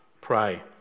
pray